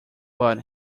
but